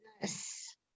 Yes